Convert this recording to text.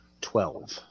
Twelve